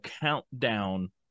countdown